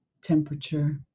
Temperature